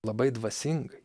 labai dvasingai